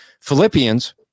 Philippians